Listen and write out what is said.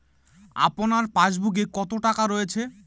আপনার পাসবুকে কত টাকা রয়েছে?